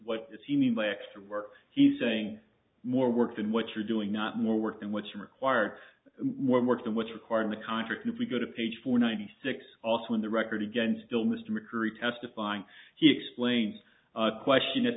he mean by extra work he's saying more work than what you're doing not more work than what's required more work than what's required in the contract if we go to page four ninety six also in the record again still mr mccurry testifying he explains question at